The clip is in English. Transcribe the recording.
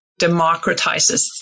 democratizes